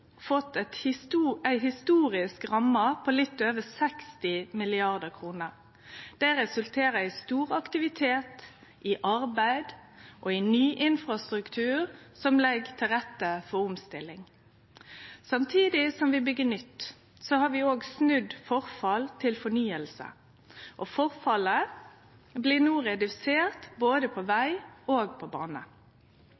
ei historisk ramme på litt over 60 mrd. kr. Det resulterer i stor aktivitet, i arbeid og i ny infrastruktur som legg til rette for omstilling. Samtidig som vi byggjer nytt, har vi òg snudd forfall til fornying, og forfallet blir no redusert både på